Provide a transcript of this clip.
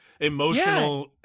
emotional